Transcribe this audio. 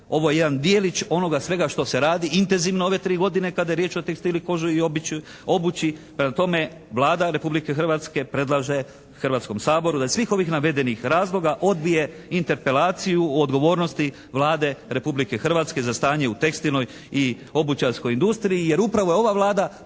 ovo je jedan djelić onoga svega što se radi intenzivno ove 3 godine kada je riječ o … /Govornik se ne razumije./ … obući. Prema tome Vlada Republike Hrvatske predlaže Hrvatskom saboru da svih ovih navedenih razloga odbije Interpelaciju o odgovornosti Vlade Republike Hrvatske za stanje u tekstilnoj i obućarskoj industriji, jer upravo je ova Vlada